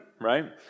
right